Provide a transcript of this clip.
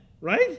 right